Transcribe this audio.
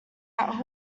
out